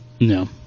No